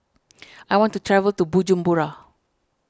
I want to travel to Bujumbura